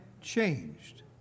changed